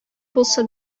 булса